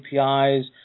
APIs